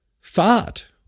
thought